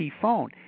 phone